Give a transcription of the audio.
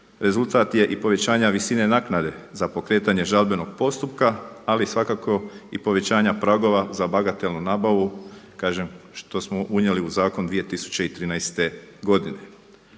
Rezultat je i povećanja visine naknade za pokretanje žalbenog postupka, ali svakako i povećanja pragova za bagatelnu nabavu kažem što smo unijeli u zakon 2013. godine.